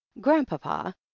grandpapa